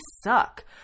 suck